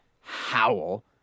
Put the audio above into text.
howl